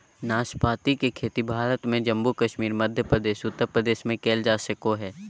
नाशपाती के खेती भारत में जम्मू कश्मीर, मध्य प्रदेश, उत्तर प्रदेश में कइल जा सको हइ